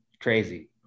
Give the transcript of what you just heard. crazy